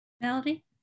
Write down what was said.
Melody